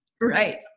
Right